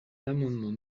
l’amendement